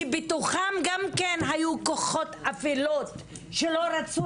כי בתוכם גם כן היו כוחות אפלים שלא רצו